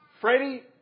Freddie